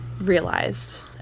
realized